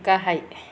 गाहाय